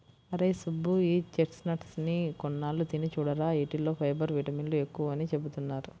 అరేయ్ సుబ్బు, ఈ చెస్ట్నట్స్ ని కొన్నాళ్ళు తిని చూడురా, యీటిల్లో ఫైబర్, విటమిన్లు ఎక్కువని చెబుతున్నారు